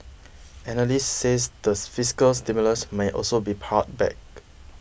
analysts says the fiscal stimulus may also be pared back